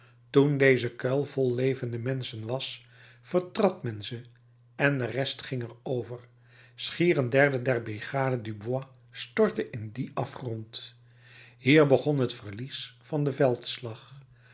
toen deze kuil vol levende menschen was vertrad men ze en de rest ging er over schier een derde der brigade dubois stortte in dien afgrond hier begon het verlies van den veldslag